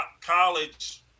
college